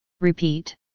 Repeat